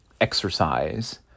exercise